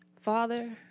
Father